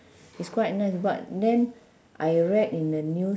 it's quite nice but then I read in the news